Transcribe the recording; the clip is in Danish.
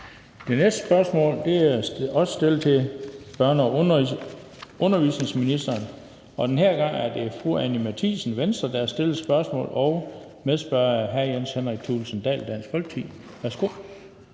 Det næste spørgsmål er også stillet til børne- og undervisningsministeren, og det er stillet af fru Anni Matthiesen, og medspørger er hr. Jens Henrik Thulesen Dahl, Dansk Folkeparti.